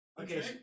Okay